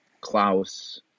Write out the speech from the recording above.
Klaus